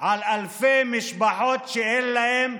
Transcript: של אלפי משפחות שאין להן,